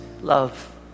love